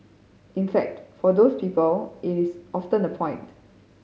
in fact for those people it is often the point